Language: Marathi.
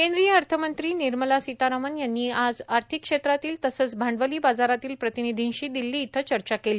केंद्रीय अर्थमंत्री निर्मला सीतारामन् यांनी आज आर्थिक क्षेत्रातील तसंच भांडवली बाजारातील प्रतिनिधींशी दिल्ली इथं चर्चा केली